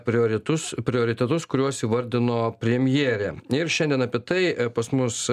prioretus prioritetus kuriuos įvardino premjerė ir šiandien apie tai pas mus